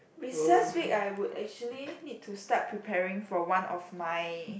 recess week I would actually need to start preparing for one of my